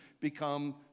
become